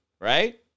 right